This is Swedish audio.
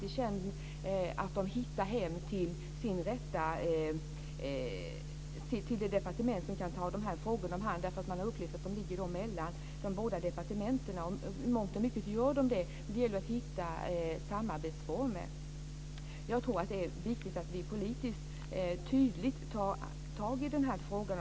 Dessa frågor hamnar inte alltid på det departement som kan ta hand om dem, eftersom man har upplevt att de ligger mellan de båda departementen. Och i mångt och mycket gör de det. Men det gäller att hitta samarbetsformer. Jag tror att det är viktigt att vi politiskt tydligt tar tag i denna fråga.